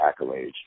accolades